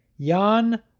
Jan